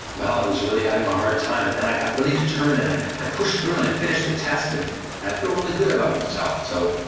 well, i was really having a hard time, but then i got really determined and i i pushed through and i finished test, and and i feel really good about myself. so